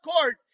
court